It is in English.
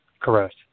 Correct